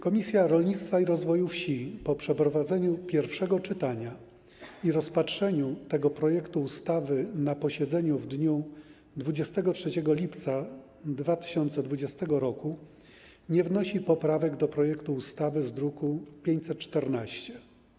Komisja Rolnictwa i Rozwoju Wsi po przeprowadzeniu pierwszego czytania i rozpatrzeniu tego projektu ustawy na posiedzeniu w dniu 23 lipca 2020 r. nie wnosi poprawek do projektu ustawy z druku nr 514.